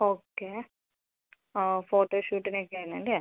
okay ആ photo ഷൂട്ടിന് ഒക്കെ ആണ് അല്ലേ